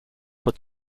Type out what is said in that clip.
what